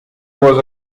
was